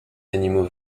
animaux